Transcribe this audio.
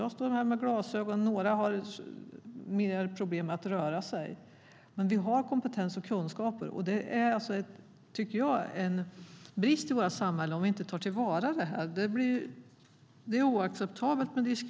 Jag står här med glasögon, andra har problem att röra sig. Men vi har kompetens och kunskaper. Jag tycker att det är en brist i vårt samhälle att inte ta till vara dem. Diskriminering är oacceptabelt.